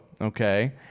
Okay